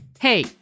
Hey